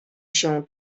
się